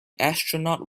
astronaut